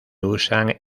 usan